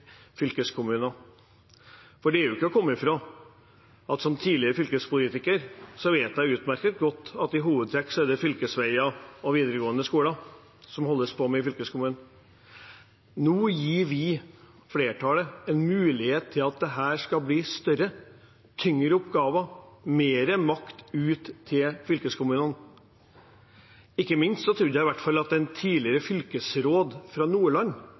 fylkeskommuner. Det er ikke til å komme fra – og som tidligere fylkespolitiker vet jeg det utmerket godt – at i hovedtrekk er det fylkesveier og videregående skoler som det holdes på med i fylkeskommunen. Nå gir flertallet en mulighet til at de skal få større, tyngre oppgaver – mer makt til fylkeskommunene. Ikke minst trodde jeg i hvert fall at den tidligere fylkesråden fra Nordland